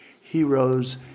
heroes